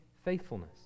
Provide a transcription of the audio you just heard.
faithfulness